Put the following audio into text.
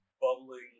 bubbling